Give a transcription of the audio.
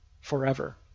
forever